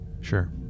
Sure